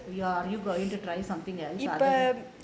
you are are you going to try something else other thaan